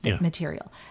material